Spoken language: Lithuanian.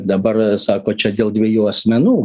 dabar sako čia dėl dviejų asmenų